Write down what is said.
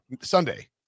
Sunday